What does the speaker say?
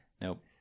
Nope